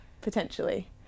potentially